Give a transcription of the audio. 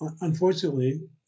unfortunately